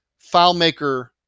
FileMaker